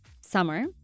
summer